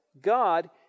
God